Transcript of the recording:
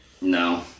No